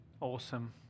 awesome